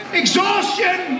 exhaustion